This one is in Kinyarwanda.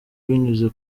binyuze